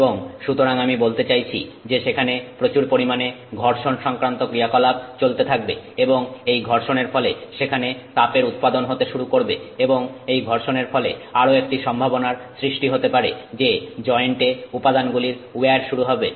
এবং সুতরাং আমি বলতে চাইছি যে সেখানে প্রচুর পরিমাণে ঘর্ষণ সংক্রান্ত ক্রিয়া কলাপ চলতে থাকবে এবং এই ঘর্ষণের ফলে সেখানে তাপের উৎপাদন হতে শুরু করবে এবং এই ঘর্ষণের ফলে আরো একটি সম্ভাবনার সৃষ্টি হতে পারে যে জয়েন্টে উপাদানগুলির উইয়ার শুরু হবে